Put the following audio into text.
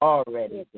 Already